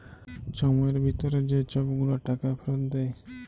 ছময়ের ভিতরে যে ছব গুলা টাকা ফিরত দেয়